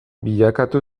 bilakatu